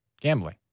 Gambling